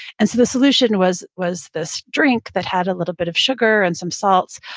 and so the solution was was this drink that had a little bit of sugar and some salts.